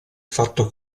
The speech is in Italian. fatto